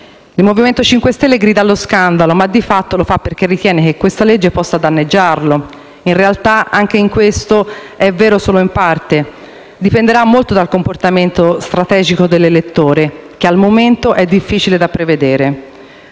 Il Movimento 5 Stelle grida allo scandalo, ma di fatto lo fa perché ritiene che il disegno di legge al nostro esame possa danneggiarlo. In realtà anche questo è vero solo in parte: dipenderà molto dal comportamento strategico dell'elettore, che al momento è difficile da prevedere.